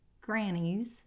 grannies